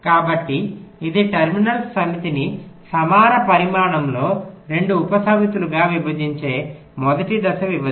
కాబట్టి ఇది టెర్మినల్స్ సమితిని సమాన పరిమాణంలో 2 ఉపసమితులుగా విభజించే మొదటి దశ విభజన